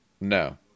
no